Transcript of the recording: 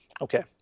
Okay